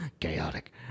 chaotic